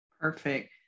Perfect